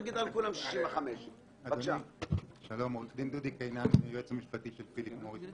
נגיד על כולם 65%. אני היועץ המשפטי של "פיליפ מוריס בע"מ".